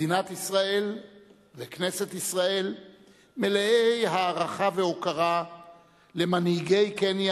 מדינת ישראל וכנסת ישראל מלאי הערכה והוקרה למנהיגי קניה